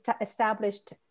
established